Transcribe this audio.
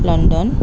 London